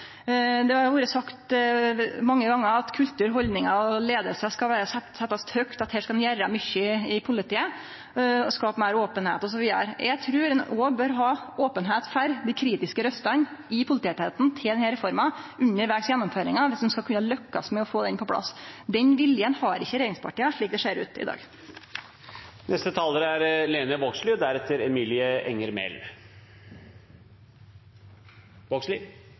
regjeringspartia har lytta nok til nettopp den gruppa. Det har vore sagt mange gonger at kultur, haldningar og leiing skal setjast høgt, at her skal ein gjere mykje i politiet, skape meir openheit osv. Eg trur ein òg bør vere open for dei kritiske røystene i politietaten til denne reforma undervegs i gjennomføringa dersom ein skal kunne lukkast med å få reforma på plass. Den viljen har ikkje regjeringspartia, slik det ser ut i